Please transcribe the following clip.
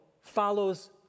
follows